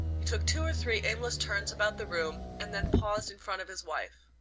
he took two or three aimless turns about the room, and then paused in front of his wife.